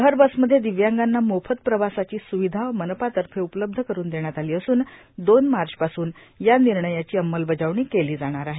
शहर बसमध्ये दिव्यांगांना मोफत प्रवासाची सुविधा मनपातर्फे उपलब्ध करून देण्यात आली असून दोन मार्चपासून या निर्णयाची अंमलबजावणी केली जाणार आहे